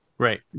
Right